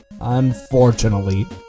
Unfortunately